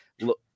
look